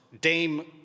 Dame